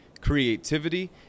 creativity